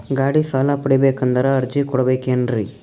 ಗಾಡಿ ಸಾಲ ಪಡಿಬೇಕಂದರ ಅರ್ಜಿ ಕೊಡಬೇಕೆನ್ರಿ?